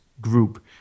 group